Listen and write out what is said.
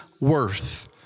worth